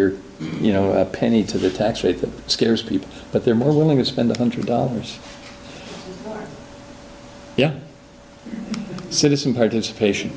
your you know a penny to the tax rate that scares people but they're more willing to spend the hundred dollars yeah citizen participation